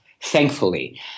thankfully